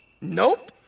Nope